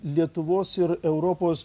lietuvos ir europos